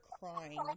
crying